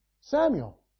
Samuel